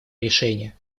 решение